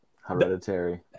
Hereditary